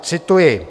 Cituji: